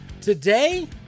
today